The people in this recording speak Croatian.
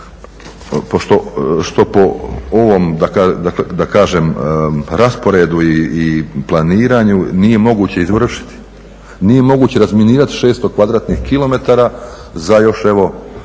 po ovom da kažem rasporedu i planiranju nije moguće izvršiti. Nije moguće razminirati 600 kvadratnih